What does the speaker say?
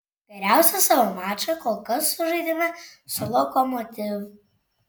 geriausią savo mačą kol kas sužaidėme su lokomotiv